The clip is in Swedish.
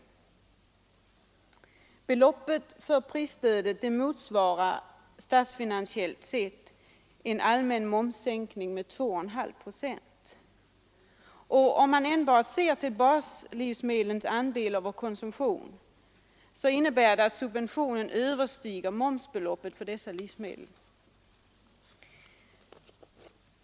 Beloppet för prisstödet motsvarar statsfinansiellt sett en allmän momssänkning med 2,5 procent, och om man enbart ser till baslivsmedlens andel av vår konsumtion, innebär det att subventionen överstiger momsbeloppet för dessa livsmedel.